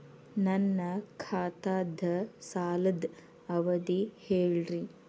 ನನ್ನ ಖಾತಾದ್ದ ಸಾಲದ್ ಅವಧಿ ಹೇಳ್ರಿ